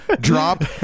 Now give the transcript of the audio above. drop